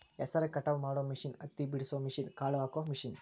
ಹೆಸರ ಕಟಾವ ಮಾಡು ಮಿಷನ್ ಹತ್ತಿ ಬಿಡಸು ಮಿಷನ್, ಕಾಳ ಹಾಕು ಮಿಷನ್